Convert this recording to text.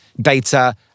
data